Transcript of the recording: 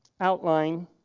outline